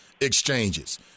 exchanges